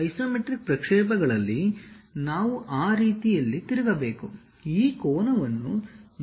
isometric ಪ್ರಕ್ಷೇಪಗಳಲ್ಲಿ ನಾವು ಆ ರೀತಿಯಲ್ಲಿ ತಿರುಗಬೇಕು ಈ ಕೋನವನ್ನು 30 ಡಿಗ್ರಿ ವಸ್ತುವಾಗಿ ನಾವು ನೋಡುತ್ತೇವೆ